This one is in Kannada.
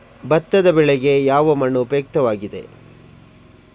ಭತ್ತದ ಬೆಳೆಗೆ ಯಾವ ಮಣ್ಣು ಉಪಯುಕ್ತವಾಗಿದೆ?